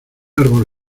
árbol